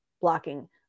blocking